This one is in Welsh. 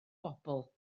bobl